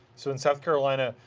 so in south carolina,